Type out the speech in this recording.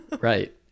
Right